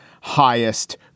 highest